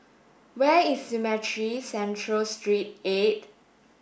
where is Cemetry Central Street Eight